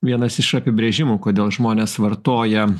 vienas iš apibrėžimų kodėl žmonės vartoja